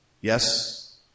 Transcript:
yes